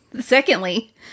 secondly